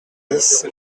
dix